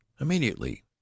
Immediately